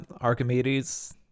Archimedes